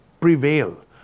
prevail